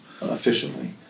efficiently